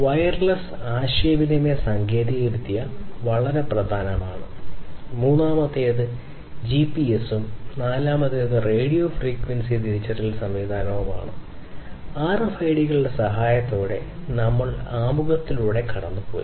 wireless സഹായത്തോടെ നമ്മൾ ആമുഖത്തിലൂടെ കടന്നുപോയി